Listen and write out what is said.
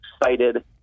excited